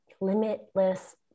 limitless